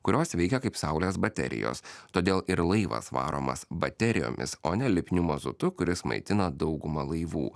kurios veikia kaip saulės baterijos todėl ir laivas varomas baterijomis o ne lipniu mazutu kuris maitina daugumą laivų